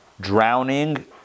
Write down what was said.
drowning